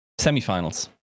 Semifinals